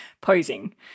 posing